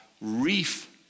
reef